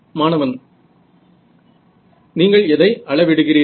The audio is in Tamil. மாணவன் நீங்கள் எதை அளவிடுகிறீர்கள்